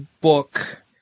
Book